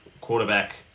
quarterback